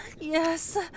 yes